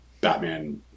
Batman